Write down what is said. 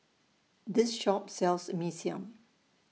This Shop sells Mee Siam